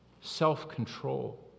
self-control